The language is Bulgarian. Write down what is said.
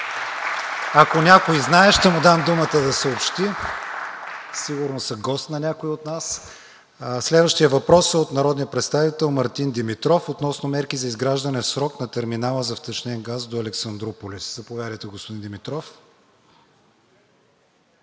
Ако някой знае, ще му дам думата да съобщи. Сигурно са гости на някого от нас. Следващият въпрос е от народния представител Мартин Димитров относно мерки за изграждане в срок на терминала за втечнен газ до Александруполис. Заповядайте, господин Димитров.